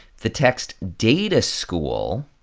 the text data school